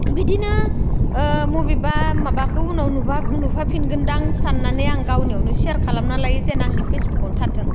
बिदिनो मबेबा माबाखौ उनाव नुफाफिनगोनदां साननानै आं गावनियावनो शेयार खालामफिनना लायो देनांनि फेसबुकआवनो थाथों